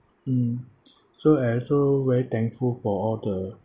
mm so I also very thankful for all the